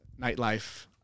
nightlife